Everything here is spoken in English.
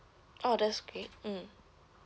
oh that's great mm